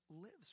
lives